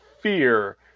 fear